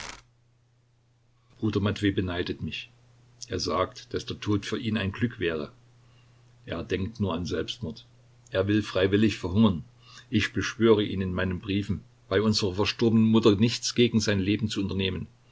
bruder matwej beneidet mich er sagt daß der tod für ihn ein glück wäre er denkt nur an selbstmord er will freiwillig verhungern ich beschwöre ihn in meinen briefen bei unserer verstorbenen mutter nichts gegen sein leben zu unternehmen